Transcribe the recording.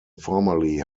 formerly